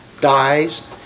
dies